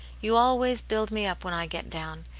you always build me up when i get down.